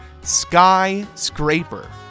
skyscraper